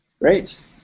Great